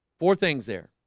for things there